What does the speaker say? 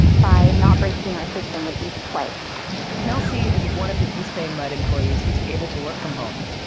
by not breaking our system with these wipes nelsy is one of the east bay mud employees who is able to work from home.